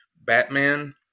Batman